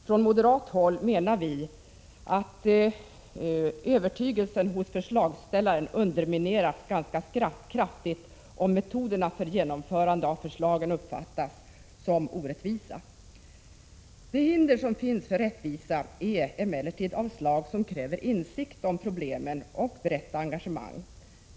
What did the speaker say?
Från moderat håll menar vi att övertygandet hos förslagsställaren undermineras ganska kraftigt, om metoderna för genomförandet av förslagen uppfattas som orättvisa. De hinder som finns för rättvisa är emellertid av ett slag som kräver insikt om problemen och brett engagemang.